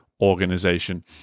organization